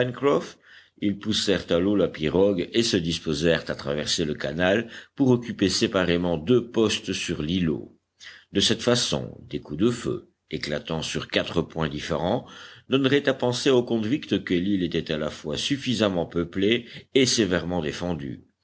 pencroff ils poussèrent à l'eau la pirogue et se disposèrent à traverser le canal pour occuper séparément deux postes sur l'îlot de cette façon des coups de feu éclatant sur quatre points différents donneraient à penser aux convicts que l'île était à la fois suffisamment peuplée et sévèrement défendue